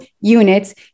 units